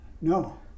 no